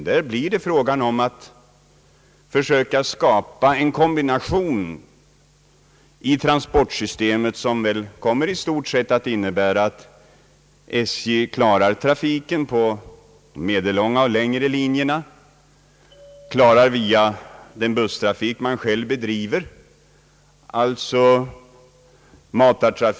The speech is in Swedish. Det blir fråga om att försöka skapa en kombination av olika transportsystem, vilket väl i stort sett kommer att innebära att SJ klarar matartrafik och närtransporter på de medellånga och längre linjerna via den busstrafik som SJ själv bedriver.